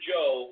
Joe